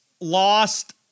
lost